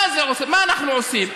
מה אנחנו עושים?